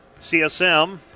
CSM